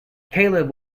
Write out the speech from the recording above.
caleb